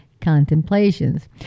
contemplations